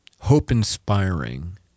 hope-inspiring